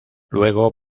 luego